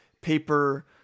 paper